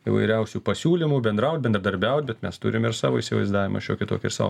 įvairiausių pasiūlymų bendraut bendradarbiaut bet mes turim ir savo įsivaizdavimą šiokį tokį ir savo